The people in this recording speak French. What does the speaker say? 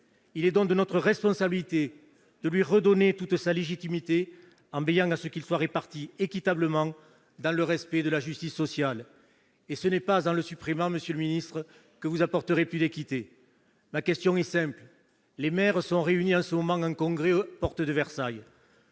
Il est donc de notre responsabilité de lui redonner toute sa légitimité, en veillant à ce qu'il soit réparti équitablement, dans le respect de la justice sociale. Et ce n'est pas en le supprimant, monsieur le ministre, que vous apporterez plus d'équité. Ma question est simple. Les maires sont réunis en ce moment en congrès, à la porte de Versailles.